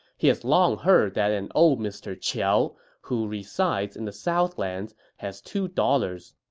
he has long heard that an old mr. qiao who resides in the southlands has two daughters,